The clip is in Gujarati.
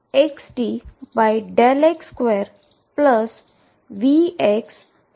તેથી 2xtx2Vxψxt મળશે